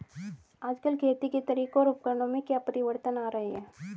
आजकल खेती के तरीकों और उपकरणों में क्या परिवर्तन आ रहें हैं?